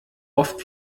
oft